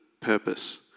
purpose